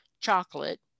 chocolate